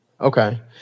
Okay